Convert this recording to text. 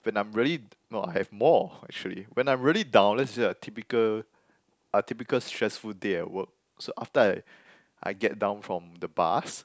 when I'm really no I have more actually when I'm really down let's just say a typical a typical stressful day at work so after I I get down from the bus